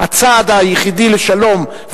הצעד היחיד לשלום,